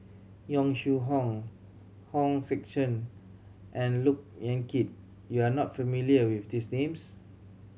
Yong Shu Hoong Hong Sek Chern and Look Yan Kit you are not familiar with these names